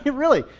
yeah really,